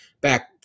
back